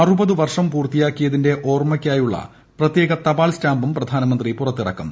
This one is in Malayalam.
അറുപത് വർഷം പൂർത്തിയാക്കിയതിന്റെ ഓർമയ്ക്കായുള്ള പ്രത്യേക തപാൽ സ്റ്റാമ്പും പ്രധാനമന്ത്രി പുറത്തിറക്കും